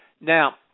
Now